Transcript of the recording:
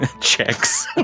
checks